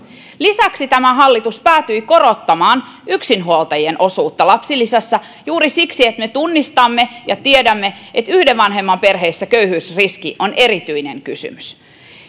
lisäksi tämä hallitus päätyi korottamaan yksinhuoltajien osuutta lapsilisässä juuri siksi että me tunnistamme ja tiedämme että yhden vanhemman perheissä köyhyysriski on erityinen kysymys